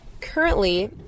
currently